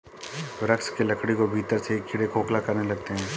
वृक्ष के लकड़ी को भीतर से ही कीड़े खोखला करने लगते हैं